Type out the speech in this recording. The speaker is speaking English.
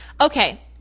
Okay